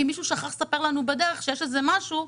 מישהו שכח לספר לנו בדרך שיש איזה משהו.